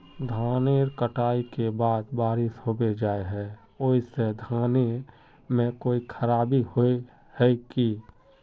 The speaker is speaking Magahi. धानेर कटाई के बाद बारिश होबे जाए है ओ से धानेर में कोई खराबी होबे है की?